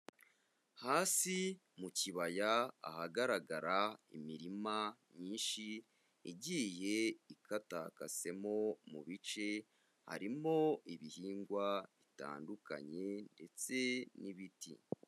Hasi mu kibaya ahagaragara imirima myinshi igiye ikatakasemo mu bice, harimo ibihingwa bitandukanye ndetse n'ibiti.